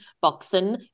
boxing